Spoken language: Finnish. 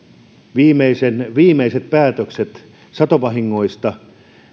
viimeiset päätökset satovahingoista